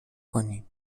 کنین